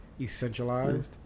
essentialized